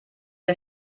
wir